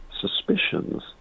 suspicions